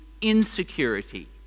insecurity